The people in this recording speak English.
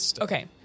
okay